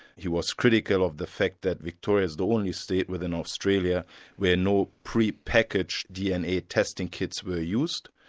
he was critical of the fact that victoria's the only state within australia where no prepackaged dna testing kits were used.